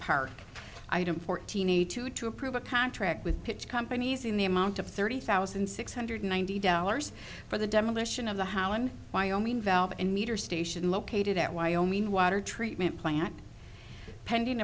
park item fourteen need to to approve a contract with pitch companies in the amount of thirty thousand six hundred ninety dollars for the demolition of the hauen wyoming valve and meter station located at wyoming water treatment plant pending